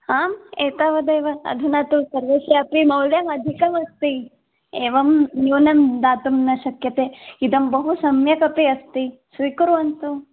आम् एतावदेव अधुना तु सर्वत्रापि मौल्यम् अधिकमस्ति एवं न्यूनं दातुं न शक्यते इदं बहु सम्यगपि अस्ति स्वीकुर्वन्तु